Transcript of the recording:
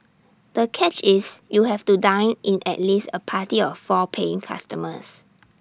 the catch is you have to dine in at least A party of four paying customers